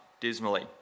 dismally